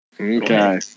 Okay